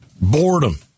Boredom